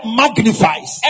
magnifies